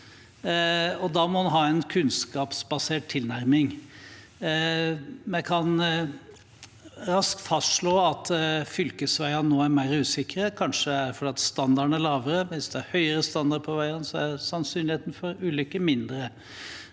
Da må en ha en kunnskapsbasert tilnærming. Vi kan raskt fastslå at fylkesveiene nå er mer usikre. Kanskje er det fordi standarden er lavere. Hvis det er høyere standard på veiene, er sannsynligheten for ulykker mindre.